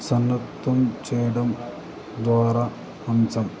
సన్నత్వం చేయడం ద్వారా అంశం